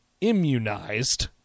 immunized